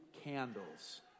candles